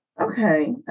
Okay